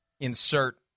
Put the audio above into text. Insert